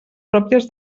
pròpies